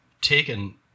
taken